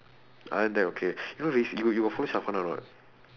other than that okay you know rec~ you you got follow or not